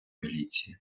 міліції